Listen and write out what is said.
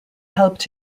helped